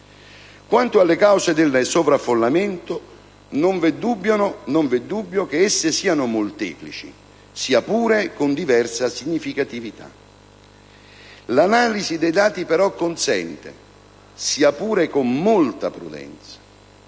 Quanto alle cause del sovraffollamento, non vi è dubbio che esse siano molteplici, sia pure con diversa significatività. L'analisi dei dati però consente, sia pure con molta prudenza,